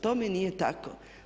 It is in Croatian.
Tome nije tako.